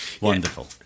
Wonderful